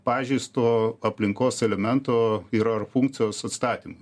pažeisto aplinkos elemento ir ar funkcijos atstatymui